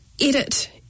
edit